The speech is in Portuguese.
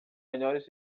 melhores